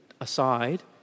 aside